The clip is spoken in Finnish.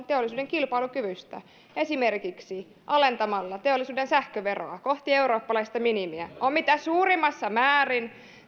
teollisuuden kilpailukyvystä esimerkiksi alentamalla teollisuuden sähköveroa kohti eurooppalaista minimiä on mitä suurimassa määrin